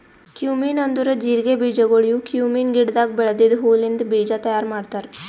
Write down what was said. cumin ಅಂದುರ್ ಜೀರಿಗೆ ಬೀಜಗೊಳ್ ಇವು ಕ್ಯುಮೀನ್ ಗಿಡದಾಗ್ ಬೆಳೆದಿದ್ದ ಹೂ ಲಿಂತ್ ಬೀಜ ತೈಯಾರ್ ಮಾಡ್ತಾರ್